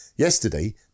Yesterday